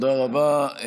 תודה רבה.